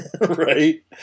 Right